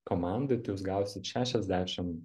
komandoj tai jūs gausit šešiasdešim